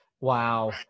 wow